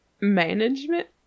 management